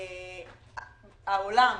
העולם,